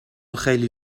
خیلی